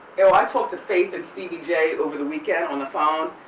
you know i talked to faith and stevie j over the weekend on the phone,